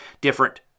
different